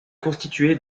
constituée